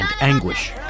anguish